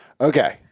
Okay